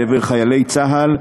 לעבר חיילי צה"ל,